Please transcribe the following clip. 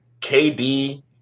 KD